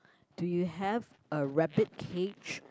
do you have a rabbit cage